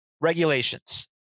regulations